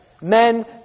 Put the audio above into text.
Men